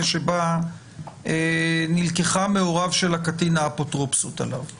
בה נלקחה מהוריו של הקטין האפוטרופסות עליו.